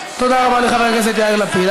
תודה רבה לחבר הכנסת יאיר לפיד.